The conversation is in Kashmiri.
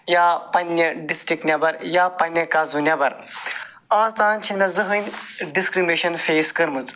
یا پنٛنہِ ڈِسٹرک نیٚبَر یا پَننہِ قَصبہٕ نیٚبَر آز تام چھنہٕ مےٚ زٕہٕنۍ ڈِسکرٛمنیشَن فیس کٔرمٕژ